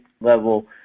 level